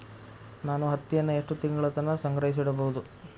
ನಾನು ಹತ್ತಿಯನ್ನ ಎಷ್ಟು ತಿಂಗಳತನ ಸಂಗ್ರಹಿಸಿಡಬಹುದು?